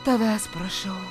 tavęs prašau